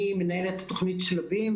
אני מנהלת את תוכנית "שלבים".